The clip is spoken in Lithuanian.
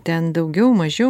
ten daugiau mažiau